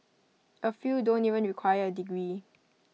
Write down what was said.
A few don't even require A degree